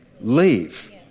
leave